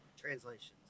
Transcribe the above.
Translations